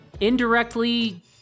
indirectly